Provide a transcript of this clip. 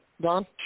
Don